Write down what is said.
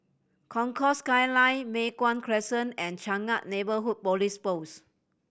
Concourse Skyline Mei Hwan Crescent and Changkat Neighbourhood Police Post